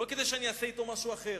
לא כדי שאני אעשה אתו משהו אחר.